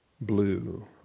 blue